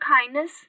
kindness